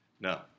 No